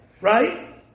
right